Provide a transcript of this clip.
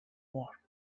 war